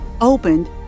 opened